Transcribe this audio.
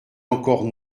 encore